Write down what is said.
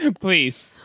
Please